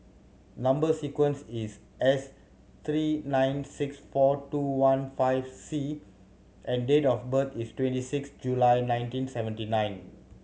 number sequence is S three nine six four two one five C and date of birth is twenty six July nineteen seventy nine